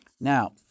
Now